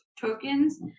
tokens